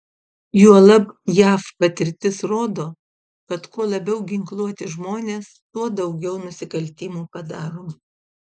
juolab jav patirtis rodo kad kuo labiau ginkluoti žmonės tuo daugiau nusikaltimų padaroma